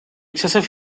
excessive